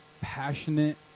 passionate